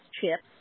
chips